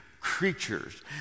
creatures